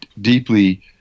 deeply